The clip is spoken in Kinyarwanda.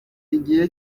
igihe